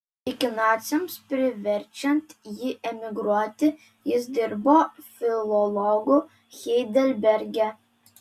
iki naciams priverčiant jį emigruoti jis dirbo filologu heidelberge